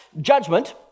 judgment